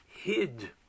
hid